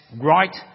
right